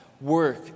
work